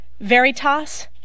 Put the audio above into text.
Veritas